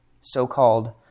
so-called